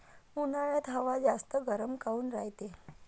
उन्हाळ्यात हवा जास्त गरम काऊन रायते?